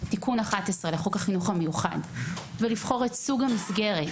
תיקון 11 לחוק החינוך המיוחד ולבחור את סוג המסגרת